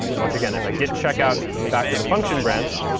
watch again, if i git checkout back to the function branch,